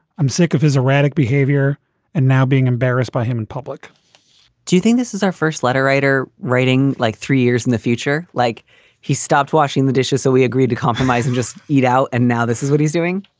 i'm sick of his erratic behavior and now being embarrassed by him in public do you think this is our first letter writer writing? like three years in the future? like he stopped washing the dishes, so we agreed to compromise and just eat out. and now this is what he's doing.